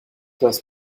das